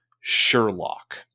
Sherlock